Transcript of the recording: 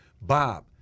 Bob